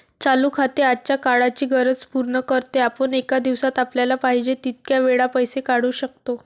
चालू खाते आजच्या काळाची गरज पूर्ण करते, आपण एका दिवसात आपल्याला पाहिजे तितक्या वेळा पैसे काढू शकतो